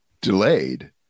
delayed